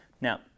now